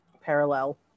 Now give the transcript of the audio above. parallel